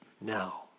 now